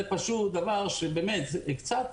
יש פה